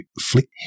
flick